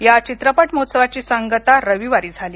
या चित्रपट महोत्सवाची सांगता रविवारी झाली